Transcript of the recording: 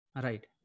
right